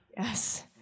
yes